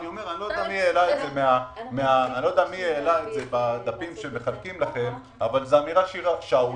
אני לא יודע מי העלה את זה בדפים שמחלקים לכם אבל זו אמירה שערורייתית.